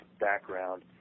background